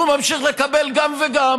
ממשיך לקבל גם וגם.